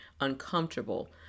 uncomfortable